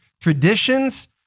Traditions